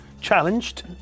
challenged